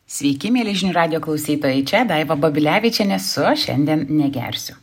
sveiki mieli žinių radijo klausytojai čia daiva babilevičienė su šiandien negersiu